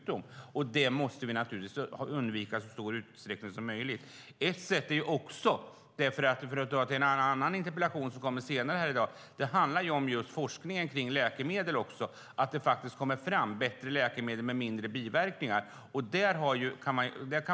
Detta måste vi undvika i så stor utsträckning som möjligt. För att anknyta till en interpellation som kommer senare i dag handlar det också om läkemedelsforskningen. Det behöver komma fram bättre läkemedel med mindre biverkningar.